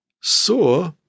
saw